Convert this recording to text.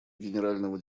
генерального